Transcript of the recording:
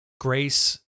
Grace